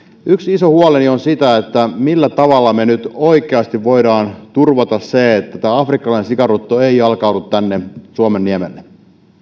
yksi iso huoleni on se millä tavalla me nyt oikeasti voimme turvata sen että tämä afrikkalainen sikarutto ei jalkaudu tänne suomenniemelle